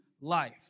life